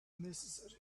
necessary